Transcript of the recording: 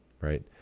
right